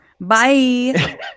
bye